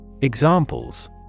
Examples